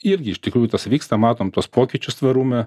irgi iš tikrųjų tas vyksta matom tuos pokyčius tvarume